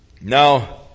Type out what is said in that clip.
Now